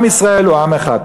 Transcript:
עם ישראל הוא עם אחד.